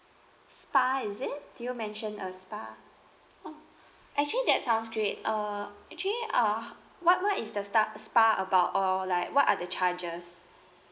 spa is it do you mentioned a spa oh actually that sounds great uh actually uh what what is the sta~ spa about or like what are the charges